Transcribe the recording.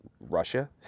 Russia